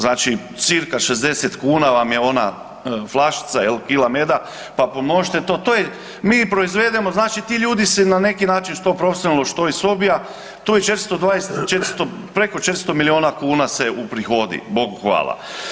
Znači cca 60 kuna vam je ona flašica jel kila meda, pa pomnožite to, to je, mi proizvedemo znači ti ljudi se na neki način što profesionalno, što iz hobija, tu je 420, preko 400 miliona kuna se uprihodi, Bogu hvala.